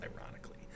ironically